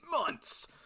months